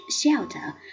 shelter